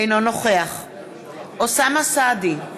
אינו נוכח אוסאמה סעדי,